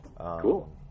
Cool